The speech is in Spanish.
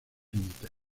límites